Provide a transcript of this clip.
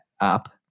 up